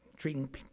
treating